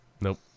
Nope